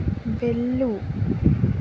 వెళ్ళు